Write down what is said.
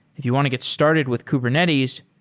if you want to get started with kubernetes,